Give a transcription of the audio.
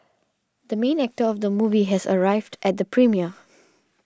the main actor of the movie has arrived at the premiere